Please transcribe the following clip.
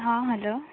ହଁ ହ୍ୟାଲୋ